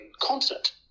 continent